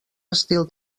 estil